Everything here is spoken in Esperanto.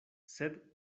sed